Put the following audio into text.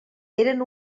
eren